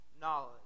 knowledge